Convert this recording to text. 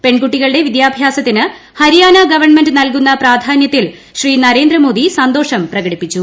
പെൺകുട്ടികളുടെ വിദ്യാഭ്യാസത്തിന് ഹരിയാന ഗവൺമെന്റ് നൽകുന്ന പ്രധാന്യത്തിൽ ശ്രീ നരേന്ദ്രമോദി സന്തോഷം പ്രകടിപ്പിച്ചു